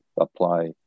apply